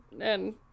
and-